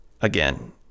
again